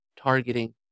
targeting